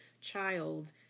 child